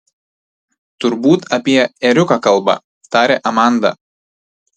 turbūt apie ėriuką kalba tarė amanda